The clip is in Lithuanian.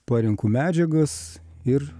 parenku medžiagas ir